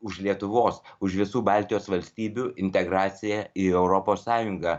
už lietuvos už visų baltijos valstybių integraciją į europos sąjungą